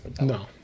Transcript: no